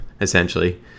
essentially